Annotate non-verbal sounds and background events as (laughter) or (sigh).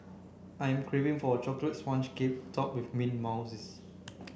I am craving for a chocolate sponge cake top with mint (unintelligible)